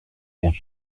aux